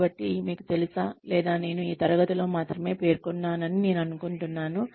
కాబట్టి మీకు తెలుసా లేదా నేను ఈ తరగతిలో మాత్రమే పేర్కొన్నాను అని నేను అనుకుంటున్నాను